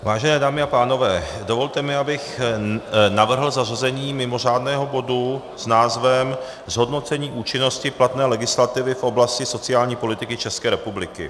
Vážené dámy a pánové, dovolte mi, abych navrhl zařazení mimořádného bodu s názvem Zhodnocení účinnosti platné legislativy v oblasti sociální politiky České republiky.